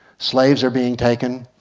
slaves are being taken.